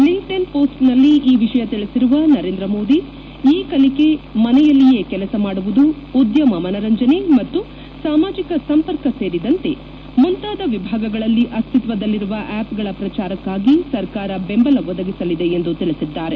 LinkedIn ಹೋಸ್ಟ್ನಲ್ಲಿ ಈ ವಿಷಯ ತಿಳಿಸಿರುವ ನರೇಂದ್ರ ಮೋದಿ ಇ ಕಲಿಕೆ ಮನೆಯಲ್ಲಿಯೇ ಕೆಲಸ ಮಾಡುವುದು ಉದ್ದಮ ಮನರಂಜನೆ ಮತ್ತು ಸಾಮಾಜಿಕ ಸಂಪರ್ಕ ಸೇರಿದಂತೆ ಮುಂತಾದ ವಿಭಾಗಗಳಲ್ಲಿ ಅಸ್ತಿತ್ವದಲ್ಲಿರುವ ಆ್ಲಪ್ಗಳ ಪ್ರಚಾರಕ್ನಾಗಿ ಸರ್ಕಾರ ಬೆಂಬಲ ಒದಗಿಸಲಿದೆ ಎಂದು ತಿಳಿಸಿದ್ದಾರೆ